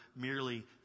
merely